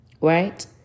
Right